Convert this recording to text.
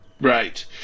Right